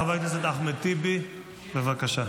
חבר הכנסת אחמד טיבי, בבקשה.